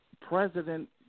president